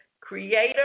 Creator